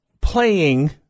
playing